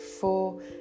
four